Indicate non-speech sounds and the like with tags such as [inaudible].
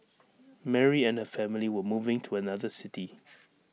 [noise] Mary and her family were moving to another city